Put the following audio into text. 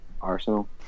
Arsenal